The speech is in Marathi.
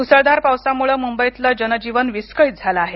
मुसळधार पावसामुळे मुंबईतलं जनजीवन विस्कळित झालं आहे